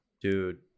Dude